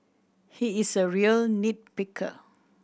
he is a real nit picker